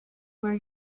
where